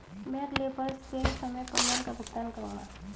मैं अगले वर्ष से समय पर लोन का भुगतान करूंगा